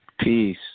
Peace